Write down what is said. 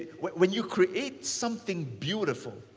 when you create something beautiful,